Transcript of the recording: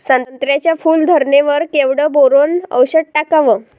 संत्र्याच्या फूल धरणे वर केवढं बोरोंन औषध टाकावं?